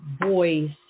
voice